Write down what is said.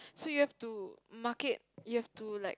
so you have to market you have to like